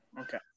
Okay